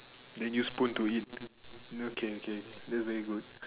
they use spoon to eat okay okay that's very good